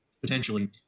potentially